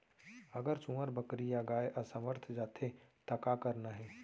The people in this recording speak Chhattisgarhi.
अगर सुअर, बकरी या गाय असमर्थ जाथे ता का करना हे?